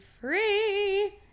free